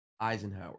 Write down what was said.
Eisenhower